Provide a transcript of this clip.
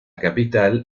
capital